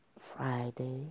Friday